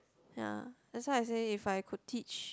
ya that's why I say if I could teach